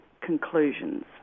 conclusions